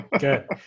good